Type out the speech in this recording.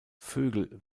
vögel